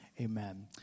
Amen